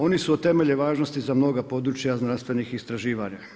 Oni su od temeljne važnosti za mnoga područja znanstvenih istraživanja.